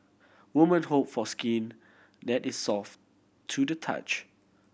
woman hope for skin that is soft to the touch